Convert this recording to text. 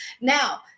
Now